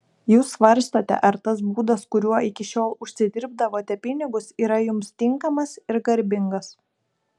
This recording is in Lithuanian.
jūs svarstote ar tas būdas kuriuo iki šiol užsidirbdavote pinigus yra jums tinkamas ir garbingas